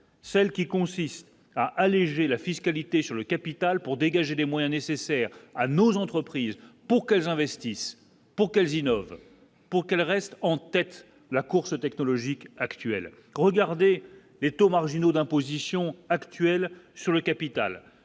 Celle qui consiste à alléger la fiscalité sur le capital pour dégager les moyens nécessaires à nos entreprises pour qu'elles investissent pour qu'elles innovent. Pour qu'elle reste en tête la course technologique actuelle, regardez les taux marginaux d'imposition actuelle sur le capital